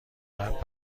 قبل